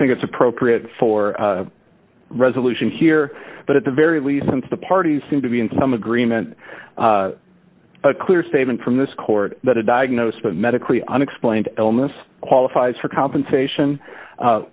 think it's appropriate for a resolution here but at the very least since the parties seem to be in some agreement a clear statement from this court that a diagnosis of medically unexplained illness qualifies for compensation